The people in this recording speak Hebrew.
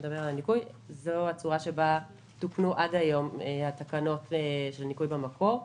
זו הצורה שבה תוקנו עד היום התקנות של ניכוי במקור.